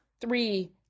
Three